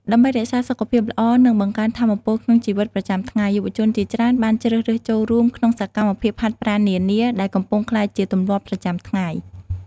ដើម្បីរក្សាសុខភាពល្អ និងបង្កើនថាមពលក្នុងជីវិតប្រចាំថ្ងៃ យុវជនជាច្រើនបានជ្រើសរើសចូលរួមក្នុងសកម្មភាពហាត់ប្រាណនានា ដែលកំពុងក្លាយជាទម្លាប់ប្រចាំថ្ងៃ។